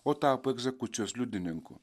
o tapo egzekucijos liudininku